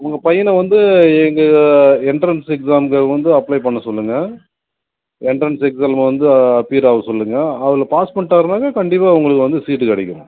உங்கள் பையனை வந்து எங்கள் எண்ட்ரன்ஸு எக்ஸாமுக்கு வந்து அப்ளை பண்ண சொல்லுங்கள் எண்ட்ரன்ஸ் எக்ஸாமில் வந்து அப்பியார் ஆக சொல்லுங்கள் அதில் பாஸ் பண்ணிட்டாருனாக்கா கண்டிப்பாக உங்களுக்கு வந்து சீட்டு கிடைக்கும்